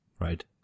right